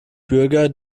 bürger